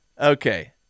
Okay